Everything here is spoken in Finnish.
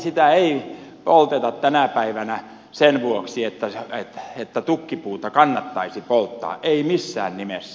sitä ei polteta tänä päivänä sen vuoksi että tukkipuuta kannattaisi polttaa ei missään nimessä